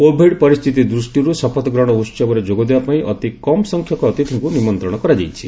Covid ପରିସ୍ଥିତି ଦୃଷ୍ଟିରୁ ଶପଥଗ୍ରହଣ ଉହବରେ ଯୋଗଦେବା ପାଇଁ ଅତି କମ୍ ସଂଖ୍ୟକ ଅତିଥିଙ୍କୁ ନିମନ୍ତ୍ରଣ କରାଯାଇଛି